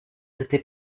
été